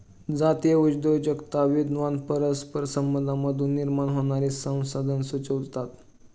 जातीय उद्योजकता विद्वान परस्पर संबंधांमधून निर्माण होणारी संसाधने सुचवतात